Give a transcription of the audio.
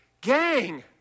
Gang